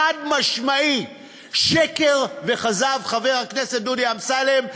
חד-משמעית שקר וכזב, חבר הכנסת דודי אמסלם.